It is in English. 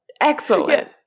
excellent